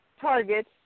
Target